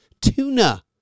tuna